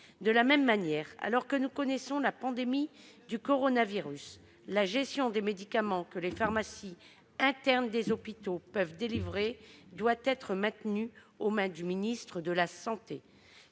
De la même manière, alors que nous connaissons une pandémie du coronavirus, la gestion des médicaments que les pharmacies internes des hôpitaux peuvent délivrer doit être maintenue aux mains du ministre de la santé.